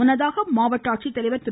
முன்னதாக மாவட்ட ஆட்சித்தலைவர் திரு